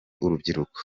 urubyiruko